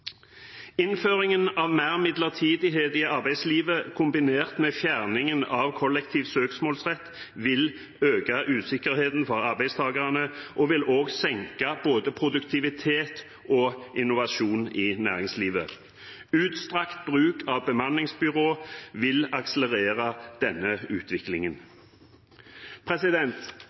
Innføringen av mer midlertidighet i arbeidslivet, kombinert med fjerningen av kollektiv søksmålsrett, vil øke usikkerheten for arbeidstagerne og vil også senke både produktivitet og innovasjon i næringslivet. Utstrakt bruk av bemanningsbyråer vil akselerere denne utviklingen.